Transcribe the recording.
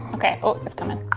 okay, oh it's coming.